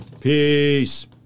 Peace